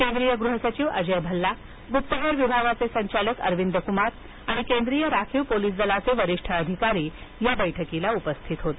केंद्रीय गृह सचिव अजय भल्ला गुप्तहेर विभागाचे संचालक अरविंद कुमार आणि केंद्रीय राखीव पोलिस दलाचे वरिष्ठ अधिकारी या बैठकीला उपस्थित होते